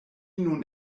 nun